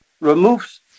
removes